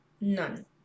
none